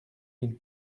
mille